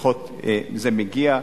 לפחות זה מגיע.